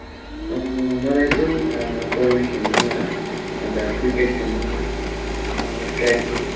मलाई चाहिँ पौडी खेल्नु क्रिकेट खेल्नु ट्रेकिङ